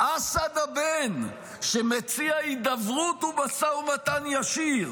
-- איזו הבנה מדינית וביטחונית יש להם.